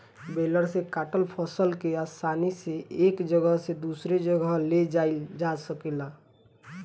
baler से काटल फसल के आसानी से एक जगह से दूसरे जगह ले जाइल जा सकेला